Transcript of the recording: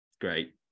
great